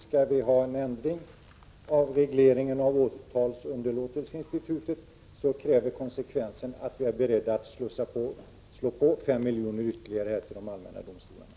Skall vi ha en ändring av regleringen av åtalsunderlåtelseinstitutet, kräver konsekvensen att vi är beredda att slussa ut ytterligare 5 milj.kr. till de allmänna domstolarna.